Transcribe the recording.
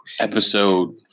Episode